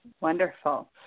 Wonderful